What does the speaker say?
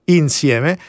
insieme